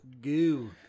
Goo